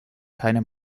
keine